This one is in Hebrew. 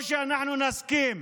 או שאנחנו נסכים